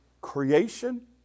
creation